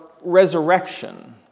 resurrection